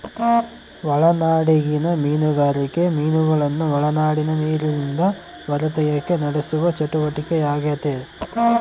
ಒಳನಾಡಿಗಿನ ಮೀನುಗಾರಿಕೆ ಮೀನುಗಳನ್ನು ಒಳನಾಡಿನ ನೀರಿಲಿಂದ ಹೊರತೆಗೆಕ ನಡೆಸುವ ಚಟುವಟಿಕೆಯಾಗೆತೆ